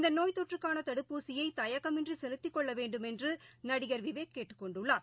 இந்தநோய் தொற்றுக்கானதடுப்பூசியைதயக்கமின்றிசெலுத்திக் கொள்ளவேண்டுமென்றுநடிகர் விவேக் கேட்டுக் கொண்டுள்ளார்